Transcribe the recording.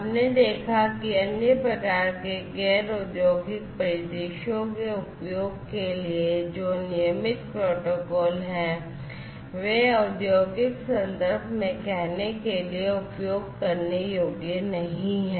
हमने देखा है कि अन्य प्रकार के गैर औद्योगिक परिदृश्यों के उपयोग के लिए जो नियमित प्रोटोकॉल हैं वे औद्योगिक संदर्भ में कहने के लिए उपयोग करने योग्य नहीं हैं